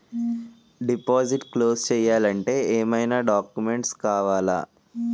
Deposit close చేయాలి అంటే ఏమైనా డాక్యుమెంట్స్ కావాలా?